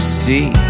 see